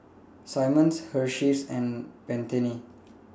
Simmons Hersheys and Pantene